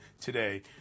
today